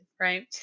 right